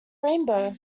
rainbow